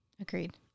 Agreed